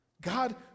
God